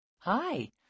Hi